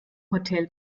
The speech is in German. hotel